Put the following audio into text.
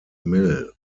mill